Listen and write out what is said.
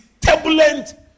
turbulent